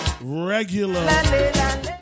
Regular